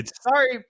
Sorry